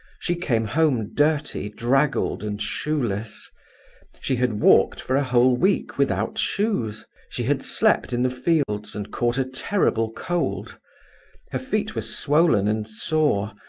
she came home dirty, draggled, and shoeless she had walked for a whole week without shoes she had slept in the fields, and caught a terrible cold her feet were swollen and sore,